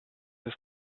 his